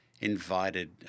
invited